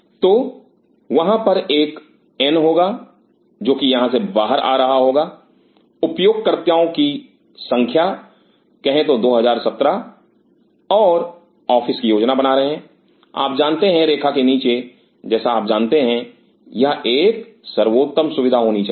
तो वहां पर एक एन होगा जो कि यहां से बाहर आ रहा होगा उपयोगकर्ताओं की संख्या कहे तो 2017 और ऑफिस की योजना बना रहे हैं आप जानते हैं रेखा के नीचे जैसा आप जानते हैं यह एक सर्वोत्तम सुविधा होनी चाहिए